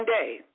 day